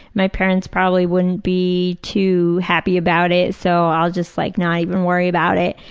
my parents probably wouldn't be too happy about it, so i'll just like not even worry about it.